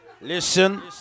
Listen